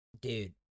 dude